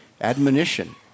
admonition